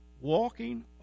walking